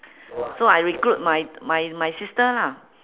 so I recruit my my my sister lah